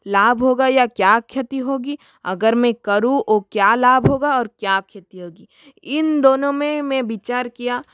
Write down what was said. लाभ होगा या क्या ख्याति होगी अगर मैं करूँ तो क्या लाभ होगा और क्या क्षति होगी इन दोनों में मैं विचार किया